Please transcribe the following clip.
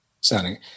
sounding